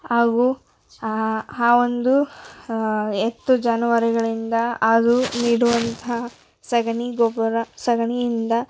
ಹಾಗೂ ಆವೊಂದು ಎತ್ತು ಜಾನುವಾರುಗಳಿಂದ ಅದು ನೀಡುವಂಥ ಸಗಣಿ ಗೊಬ್ಬರ ಸಗಣಿಯಿಂದ